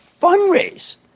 fundraise